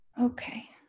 Okay